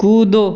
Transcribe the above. कूदो